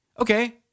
okay